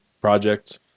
projects